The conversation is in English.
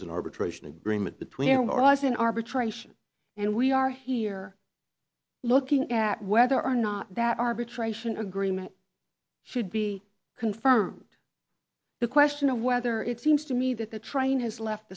was an arbitration agreement between or was an arbitration and we are here looking at whether or not that arbitration agreement should be confirmed the question of whether it seems to me that the train has left